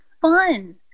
fun